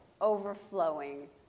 overflowing